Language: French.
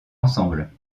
ensemble